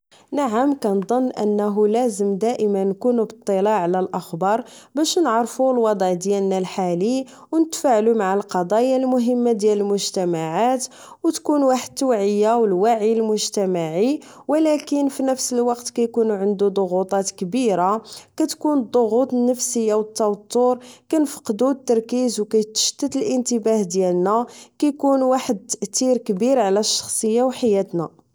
نعم كنظن أنه لازم دائما نكونو بطلاع على الأخبار باش نعرفو الوضع ديالنا الحالي أو نتفاعلو مع القضايا المهمة ديال المجتمعات أو تكون واحد التوعية أو الوعي المجتمعي ولكن فنفس الوقت كيكونو عندو صغوطات كبيرة كتكون الضغوط النفسية أو التوتر كنفقدو التركيز أو كيتشتت الإنتباه ديالنا كيكون واحد التأثير كبير على الشخصية أو حياتنا